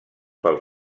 pel